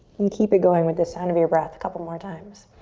then keep it going with the sound of your breath a couple more times.